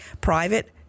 Private